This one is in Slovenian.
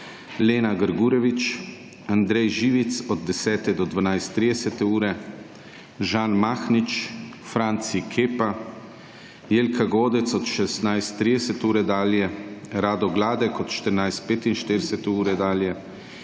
Lena Grgurevič, Andrej Živic od 10.00 do 12.30, Žan Mahnič, Franci Kepa, Jelka Godec od 16.30 dalje, Rado Gladek od 14.45 dalje,